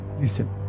Listen